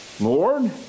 Lord